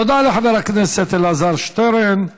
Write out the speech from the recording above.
תודה לחבר הכנסת אלעזר שטרן.